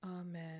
Amen